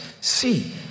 See